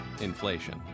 inflation